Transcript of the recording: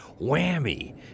whammy